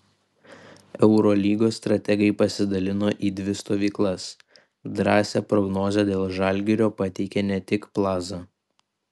eurolygos strategai pasidalino į dvi stovyklas drąsią prognozę dėl žalgirio pateikė ne tik plaza